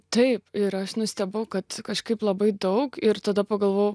taip ir aš nustebau kad kažkaip labai daug ir tada pagalvojau